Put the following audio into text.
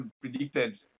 predicted